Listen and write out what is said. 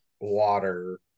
water